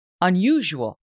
unusual